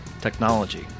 technology